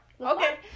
okay